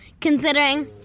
considering